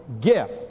gift